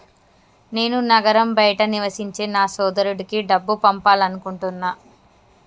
నేను నగరం బయట నివసించే నా సోదరుడికి డబ్బు పంపాలనుకుంటున్నా